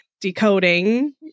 decoding